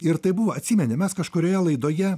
ir tai buvo atsimeni mes kažkurioje laidoje